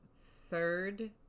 third